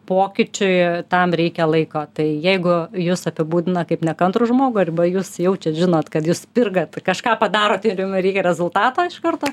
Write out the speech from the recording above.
pokyčiui tam reikia laiko tai jeigu jus apibūdina kaip nekantrų žmogų arba jūs jaučiat žinot kad jūs spirgat kažką padarot ir jum reikia rezultato iš karto